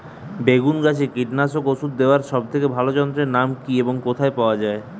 বেগুন গাছে কীটনাশক ওষুধ দেওয়ার সব থেকে ভালো যন্ত্রের নাম কি এবং কোথায় পাওয়া যায়?